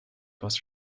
was